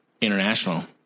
international